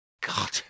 God